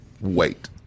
wait